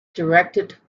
directed